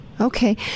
Okay